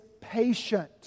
patient